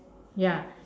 ya